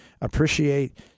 appreciate